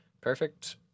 Perfect